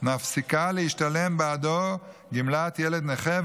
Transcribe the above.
מפסיקה להשתלם בעדו גמלת ילד נכה,